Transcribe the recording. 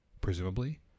presumably